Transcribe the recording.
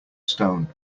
stone